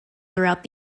throughout